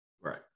Right